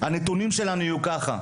הנתונים שלנו יהיו כך.